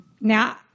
Now